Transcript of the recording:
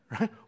Right